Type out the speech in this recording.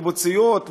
קיבוציות,